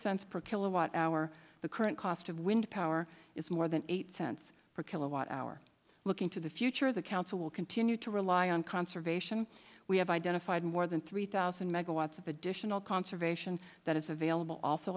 cents per kilowatt hour the current cost of wind power is more than eight cents per kilowatt hour looking to the future of the council will continue to rely on conservation we have identified more than three thousand megawatts of additional conservation that is available